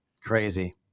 Crazy